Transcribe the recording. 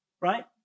right